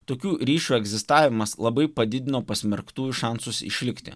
tokių ryšių egzistavimas labai padidino pasmerktųjų šansus išlikti